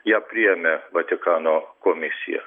ją priėmė vatikano komisija